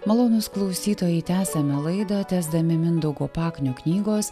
malonūs klausytojai tęsiame laidą tęsdami mindaugo paknio knygos